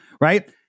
right